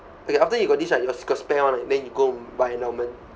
okay after you got this right you got you got spare [one] then you go buy endowment